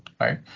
right